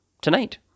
tonight